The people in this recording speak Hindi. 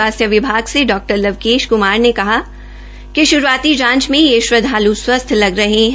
स्वास्थ्य विभाग ने डॉ लवकेश क्मार ने बताया कि श्रूआती जांच में ये श्रदवाल् स्वस्थ लग रहे है